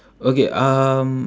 okay um